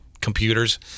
computers